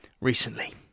recently